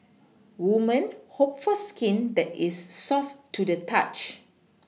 women hope for skin that is soft to the touch